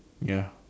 ya